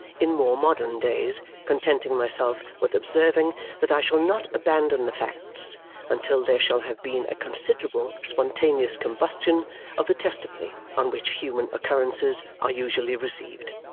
in more modern days, contenting myself with observing that i shall not abandon the facts until there shall have been a considerable spontaneous combustion of the testimony on which human occurrences are usually received.